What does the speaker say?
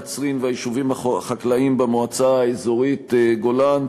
קצרין והיישובים החקלאיים במועצה האזורית גולן,